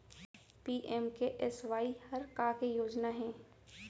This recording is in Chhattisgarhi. पी.एम.के.एस.वाई हर का के योजना हे?